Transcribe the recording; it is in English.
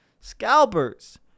Scalpers